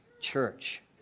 church